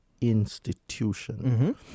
institution